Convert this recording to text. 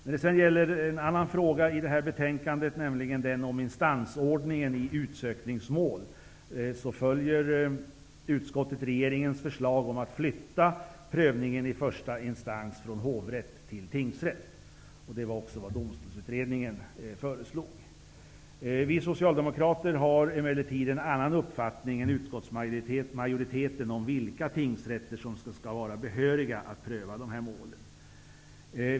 När det gäller frågan om instansordning i utsökningsmål följer utskottet regeringens förslag om att flytta prövningen i första instans från hovrätt till tingsrätt. Det var också Domstolsutredningens förslag. Vi socialdemokrater har emellertid en annan uppfattning än utskottsmajoriteten om vilka tingsrätter som skall vara behöriga att pröva dessa mål.